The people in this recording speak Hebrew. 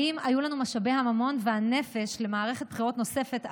האם היו לנו משאבי הממון והנפש למערכת בחירות נוספת,